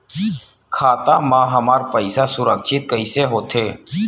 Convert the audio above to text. खाता मा हमर पईसा सुरक्षित कइसे हो थे?